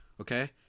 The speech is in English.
okay